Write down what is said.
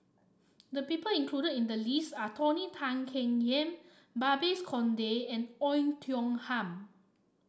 the people included in the list are Tony Tan Keng Yam Babes Conde and Oei Tiong Ham